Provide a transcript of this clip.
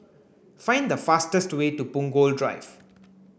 find the fastest way to Punggol Drive